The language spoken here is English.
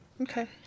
okay